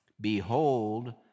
Behold